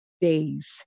days